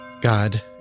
God